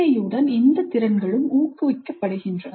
PBI உடன் இந்த திறன்களும் ஊக்குவிக்கப்படுகின்றன